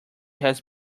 had